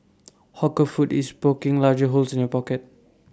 hawker food is poking larger holes in your pocket